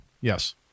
Yes